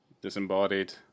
Disembodied